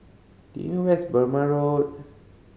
do you know where is Burmah Road